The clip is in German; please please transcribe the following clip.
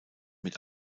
mit